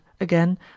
again